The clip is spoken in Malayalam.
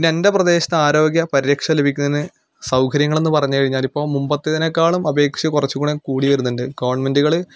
ഇന്ന് എൻ്റെ പ്രദേശത്ത് ആരോഗ്യ പരിരക്ഷ ലഭിക്കുന്നതിന് സൗകര്യങ്ങൾ എന്ന് പറഞ്ഞു കഴിഞ്ഞാൽ ഇപ്പോൾ മുമ്പത്തേതിനെക്കാളും അപേക്ഷിച്ച് കുറച്ചുംകൂടെ കൂടി വരുന്നുണ്ട് ഗവൺമെന്റുകൾ